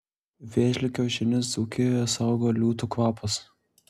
vėžlių kiaušinius dzūkijoje saugo liūtų kvapas